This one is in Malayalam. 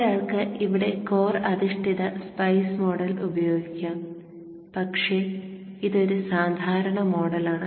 ഒരാൾക്ക് ഇവിടെ കോർ അധിഷ്ഠിത സ്പൈസ് മോഡൽ ഉപയോഗിക്കാം പക്ഷേ ഇതൊരു സാധാരണ മോഡലാണ്